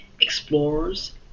explorers